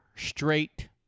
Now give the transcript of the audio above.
straight